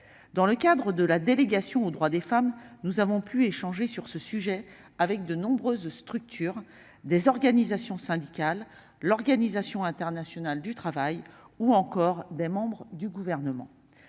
Dans le cadre de la délégation aux droits des femmes, nous avons pu échanger sur ce sujet avec de nombreuses structures, des organisations syndicales, des représentants de l'Organisation internationale du travail ou encore des membres du Gouvernement.